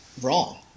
wrong